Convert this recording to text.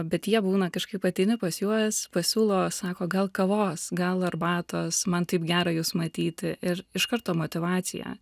bet jie būna kažkaip ateini pas juos pasiūlo sako gal kavos gal arbatos man taip gera jus matyti ir iš karto motyvacija